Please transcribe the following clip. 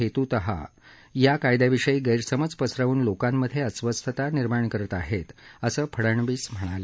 हेत्तः या कायद्याविषयी गैरसमज पसरवून लोकांमध्ये अस्वस्थता निर्माण करत आहेत असं फडनवीस म्हणाले